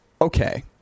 okay